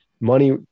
money